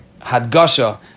hadgasha